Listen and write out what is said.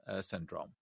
syndrome